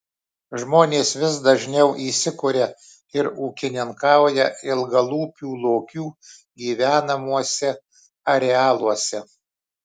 žmonės vis dažniau įsikuria ir ūkininkauja ilgalūpių lokių gyvenamuose arealuose